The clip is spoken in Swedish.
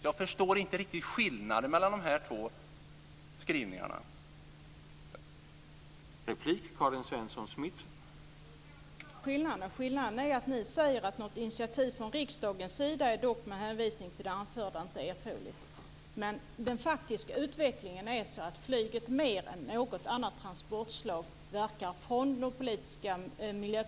Jag förstår inte riktigt skillnaden mellan de här två skrivningarna!